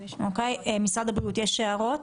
משרד הבריאות, יש הערות?